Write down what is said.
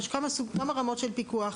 ויש כמה רמות של פיקוח.